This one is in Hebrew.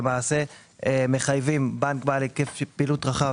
למעשה מחייבים בנק בעל היקף פעילות רחב